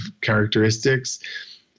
characteristics